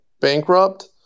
bankrupt